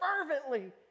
fervently